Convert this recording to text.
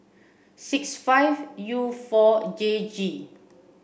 six five U four J G